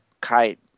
Kite